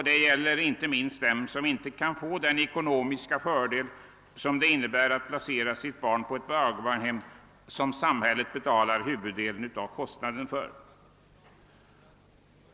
Det gäller inte minst dem som inte kan få den ekonomiska fördel som det innebär att placera sitt barn på ett barndaghem, för vilket samhället betalar huvuddelen av kostnaderna.